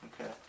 Okay